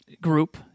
group